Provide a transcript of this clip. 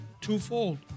twofold